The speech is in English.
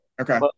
Okay